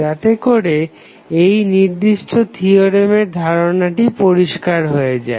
যাতেকরে এই নির্দিষ্ট থিওরেমের ধারনাটি পরিষ্কার হয়ে যায়